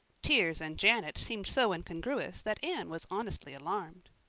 tears and janet seemed so incongruous that anne was honestly alarmed.